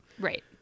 Right